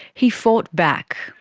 he fought back.